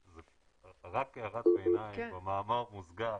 רק הערת ביניים, במאמר מוסגר,